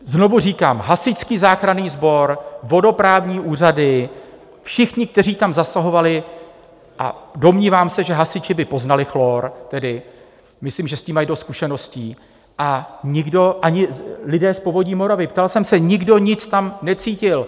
Znovu říkám, Hasičský záchranný sbor, vodoprávní úřady, všichni, kteří tam zasahovali, a domnívám se, že hasiči by poznali chlor, myslím, že s tím mají dost zkušeností, a nikdo, ani lidé z Povodní Moravy ptal jsem se, nikdo nic tam necítil.